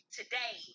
today